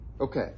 okay